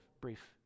brief